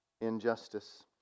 injustice